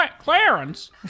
Clarence